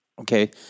Okay